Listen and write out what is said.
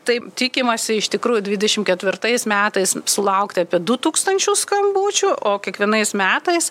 taip tikimasi iš tikrųjų dvidešimt ketvirtais metais sulaukti apie du tūkstančius skambučių o kiekvienais metais